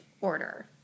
order